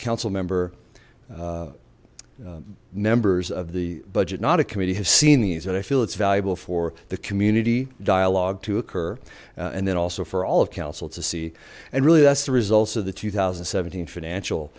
council member members of the budget not a committee have seen these that i feel it's valuable for the community dialogue to occur and then also for all of council to see and really that's the results of the two thousand and seventeen financial